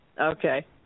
Okay